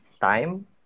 time